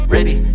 Ready